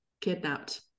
kidnapped